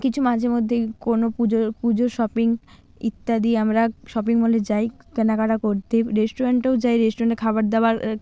কিছু মাঝে মধ্যে কোনো পুজোর পুজোর শপিং ইত্যাদি আমরা শপিং মলে যাই কেনাকাটা করতে রেস্টুরেন্টেও যাই রেস্টুরেন্টের খাবার দাবার